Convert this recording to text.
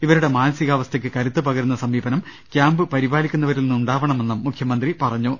ഇവരുടെ മാനസികാവസ്ഥയ്ക്ക് കരുത്ത് പകരുന്ന സമീപനം ക്യാമ്പ് പരിപാലിക്കുന്ന വരിൽ നിന്നും ഉണ്ടാവണമന്നും മുഖ്യമന്ത്രി പറഞ്ഞു